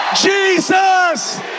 Jesus